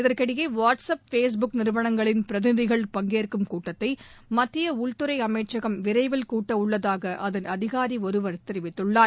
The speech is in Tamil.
இதற்கிடையே வாட்ஸ்அப் ஃபேஸ்புக் நிறுவனங்களின் பிரதிநிதிகள் பங்கேற்கும் கூட்டத்தை மத்திய உள்துறை அமைச்சகம் விரைவில் கூட்டவுள்ளதாக அதன் அதிகாரி ஒருவர் தெரிவித்துள்ளார்